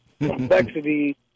complexity